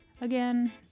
again